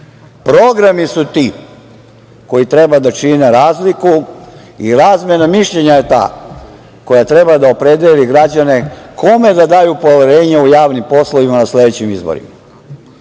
Programi su ti koji treba da čine razliku i razmena mišljenja je ta koja treba da opredeli građane kome da daju poverenje u javnim poslovima na sledećim izborima.